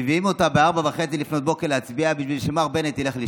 מביאים אותה ב-04:30 להצביע בשביל שמר בנט ילך לישון.